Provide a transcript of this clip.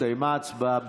הסתיימה ההצבעה.